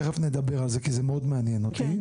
ותכף נדבר על זה כי זה מאוד מעניין אותי.